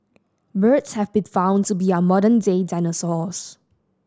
birds have been found to be our modern day dinosaurs